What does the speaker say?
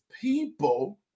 people